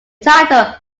title